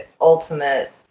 ultimate